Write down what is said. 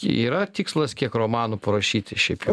yra tikslas kiek romanų parašyti šiaip jau